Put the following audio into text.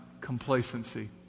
complacency